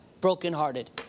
Brokenhearted